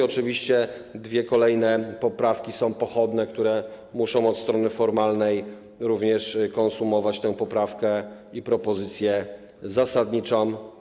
Oczywiście dwie kolejne poprawki są poprawkami pochodnymi, które muszą od strony formalnej również konsumować tę poprawkę i propozycję zasadniczą.